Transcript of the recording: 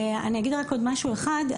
אני אגיד רק עוד משהו אחד,